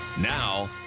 now